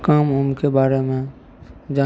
काम उमके बारेमे जा